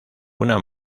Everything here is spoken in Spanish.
una